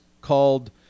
called